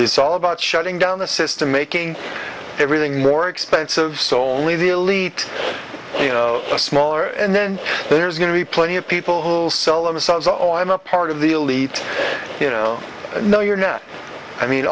tis all about shutting down the system making everything more expensive soli the elite you know a smaller and then there's going to be plenty of people who will sell themselves oh i'm a part of the elite you know know your net i mean